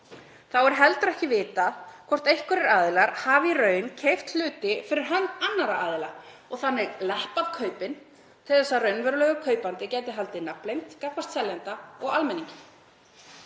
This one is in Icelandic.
Þá er heldur ekki vitað hvort einhverjir aðilar hafi í raun keypt hluti fyrir hönd annarra aðila og þannig „leppað“ kaupin til að raunverulegur kaupandi gæti haldið nafnleynd gagnvart seljanda og almenningi.